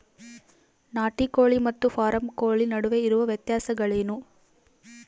ನಾಟಿ ಕೋಳಿ ಮತ್ತು ಫಾರಂ ಕೋಳಿ ನಡುವೆ ಇರುವ ವ್ಯತ್ಯಾಸಗಳೇನು?